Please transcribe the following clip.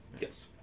Yes